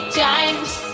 times